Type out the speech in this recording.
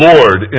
Lord